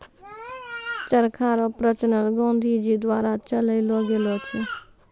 चरखा रो प्रचलन गाँधी जी द्वारा चलैलो गेलो छै